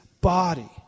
body